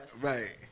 Right